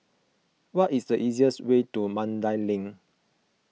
what is the easiest way to Mandai Link